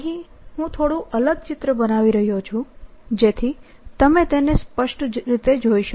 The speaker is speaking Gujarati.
અહીં હું થોડું અલગ ચિત્ર બનાવી રહ્યો છું જેથી તમે તેને સ્પષ્ટ રીતે જોઈ શકો